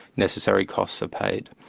necessary costs are paid.